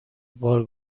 بار